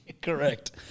correct